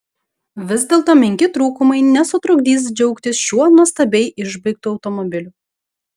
vis dėlto menki trūkumai nesutrukdys džiaugtis šiuo nuostabiai išbaigtu automobiliu